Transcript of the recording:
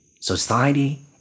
society